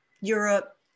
Europe